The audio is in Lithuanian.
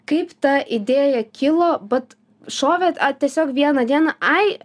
kaip ta idėja kilo bat šovė tiesiog vieną dieną ai